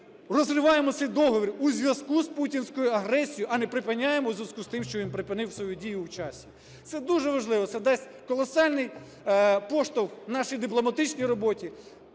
розриваємо цей договір у зв'язку з путінською агресією, а не припиняємо у зв'язку з тим, що він припинив свою дію у часі. Це дуже важливо. Це дасть колосальний поштовх нашій дипломатичній роботі,